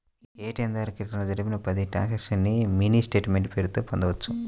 ATM ద్వారా క్రితంలో జరిపిన పది ట్రాన్సక్షన్స్ ని మినీ స్టేట్ మెంట్ పేరుతో పొందొచ్చు